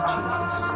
Jesus